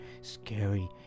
scary